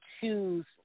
choose